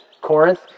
Corinth